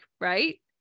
right